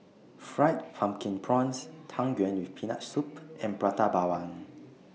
Fried Pumpkin Prawns Tang Yuen with Peanut Soup and Prata Bawang